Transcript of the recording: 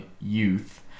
youth